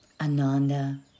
Ananda